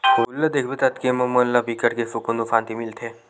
फूल ल देखबे ततके म मन ला बिकट के सुकुन अउ सांति मिलथे